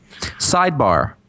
Sidebar